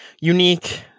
unique